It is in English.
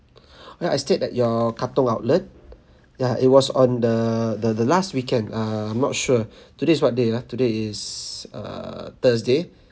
where I stayed at your katong outlet ya it was on the the the last weekend err I'm not sure today is what day ah today is err thursday